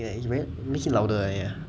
it's very makes it louder eh ya